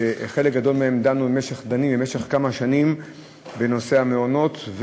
שחלק גדול מהן דנות כבר כמה שנים בנושא המעונות,